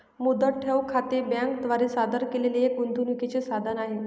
मुदत ठेव खाते बँके द्वारा सादर केलेले एक गुंतवणूकीचे साधन आहे